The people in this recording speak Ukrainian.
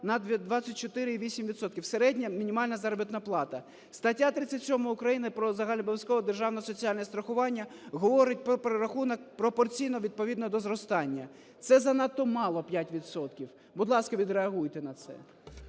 відсотка, середня мінімальна заробітна плата. Стаття 37… України "Про загальнообов'язкове державне соціальне страхування" говорить про перерахунок пропорційно відповідно до зростання. Це занадто мало – 5 відсотків. Будь ласка, відреагуйте на це.